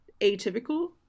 atypical